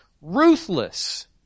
ruthless